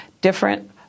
different